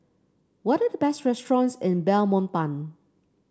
what are the best restaurants in Belmopan